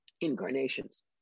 incarnations